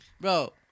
bro